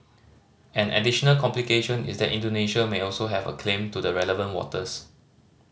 an additional complication is that Indonesia may also have a claim to the relevant waters